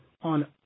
on